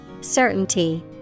Certainty